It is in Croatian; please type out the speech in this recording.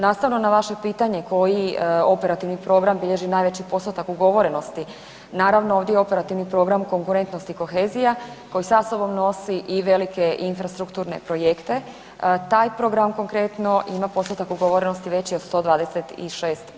Nastavno na vaše pitanje koji operativni program bilježi najveći postotak ugovorenosti, naravno ovdje je operativni program konkretnost i kohezija koji sa sobom nosi i velike infrastrukturne projekte, taj program konkretno ima postotak ugovorenost veći od 126%